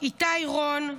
איתי רון,